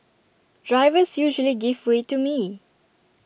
drivers usually give way to me